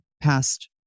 past